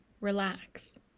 relax